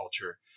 culture